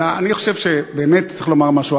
אלא אני חושב שבאמת צריך לומר משהו.